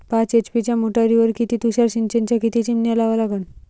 पाच एच.पी च्या मोटारीवर किती तुषार सिंचनाच्या किती चिमन्या लावा लागन?